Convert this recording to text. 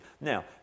Now